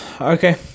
Okay